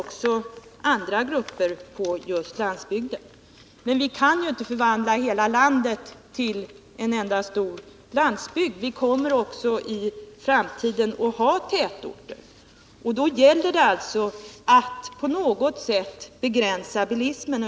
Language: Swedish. Också andra grupper på just landsbygden har drabbats av detta. Men vi kan ju inte förvandla hela landet till en enda stor landsbygd, utan vi kommer också i framtiden att ha tätorter, och därför gäller det alltså att på något sätt begränsa bilismen.